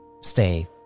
stay